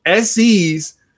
SEs